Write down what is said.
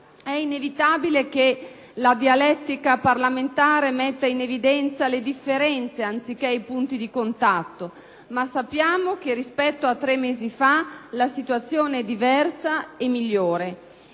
È inevitabile che la dialettica parlamentare metta in evidenza le differenze anziché in punti di contatto, ma sappiamo che rispetto a tre mesi fa la situazione è diversa e migliore: